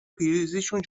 پریزشون